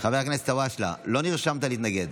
חבר הכנסת אלהואשלה, לא נרשמת להתנגד.